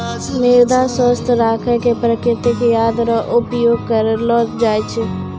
मृदा स्वास्थ्य राखै मे प्रकृतिक खाद रो उपयोग करलो जाय छै